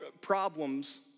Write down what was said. problems